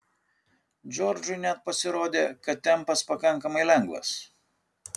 džordžui net pasirodė kad tempas pakankamai lengvas